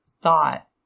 thought